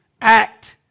act